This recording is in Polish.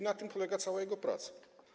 Na tym polega cała jego praca.